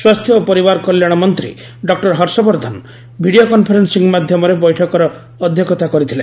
ସ୍ୱାସ୍ଥ୍ୟ ଓ ପରିବାର କଲ୍ୟାଣ ମନ୍ତ୍ରୀ ଡକ୍ଟର ହର୍ଷବର୍ଦ୍ଧନ ଭିଡ଼ିଓ କନଫରେନ୍ସିଂ ମାଧ୍ୟମରେ ବୈଠକରେ ଅଧ୍ୟକ୍ଷତା କରିଥିଲେ